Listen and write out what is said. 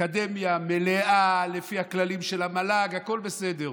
אקדמיה מלאה, לפי הכללים של המל"ג, הכול בסדר.